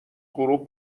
غروب